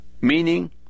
Meaning